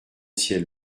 ciel